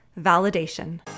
Validation